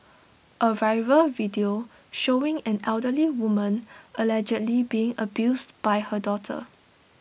A viral video showing an elderly woman allegedly being abused by her daughter